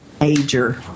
major